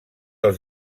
els